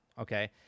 okay